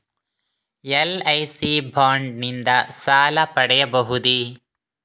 LIC bond ನಿಂದ ಸಾಲ ಪಡೆಯಬಹುದೇ?